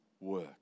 work